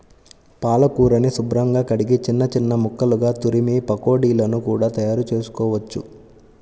పాలకూరని శుభ్రంగా కడిగి చిన్న చిన్న ముక్కలుగా తురిమి పకోడీలను కూడా తయారుచేసుకోవచ్చు